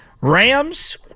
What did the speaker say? Rams